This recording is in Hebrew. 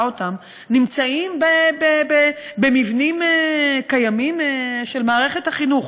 נמצאים במבנים קיימים של מערכת החינוך.